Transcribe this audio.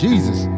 Jesus